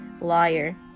liar